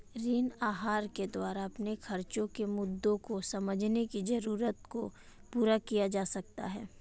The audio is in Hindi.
ऋण आहार के द्वारा अपने खर्चो के मुद्दों को समझने की जरूरत को पूरा किया जा सकता है